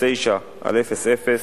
6909/00,